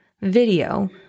video